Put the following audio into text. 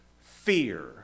Fear